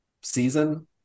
season